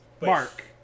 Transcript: Mark